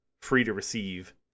free-to-receive